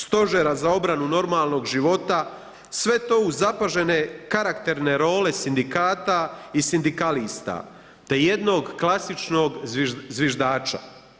Stožera za obranu normalnog života sve to uz zapažene, karakterne role sindikata i sindikalista, te jednog klasičnog zviždača.